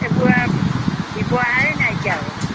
এইবোৰ আৰু ব্যৱহাৰে নাইকিয়া হ'ল